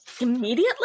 immediately